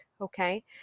Okay